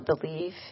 believe